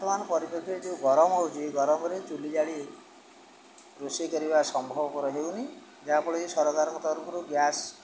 ବର୍ତ୍ତମାନ ପରିପେକ୍ଷରେ ଯେଉଁ ଗରମ ହଉଛି ଗରମରେ ଚୁଲି ଜାଳି ରୋଷେଇ କରିବା ସମ୍ଭବ କର ହେଉନି ଯାହାଫଳରେ କି ସରକାରଙ୍କ ତରଫରୁ ଗ୍ୟାସ୍